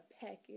package